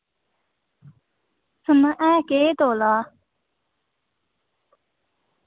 सुन्नाना है केह् तोला